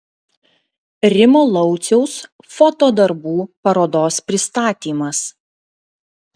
rimo lauciaus foto darbų parodos pristatymas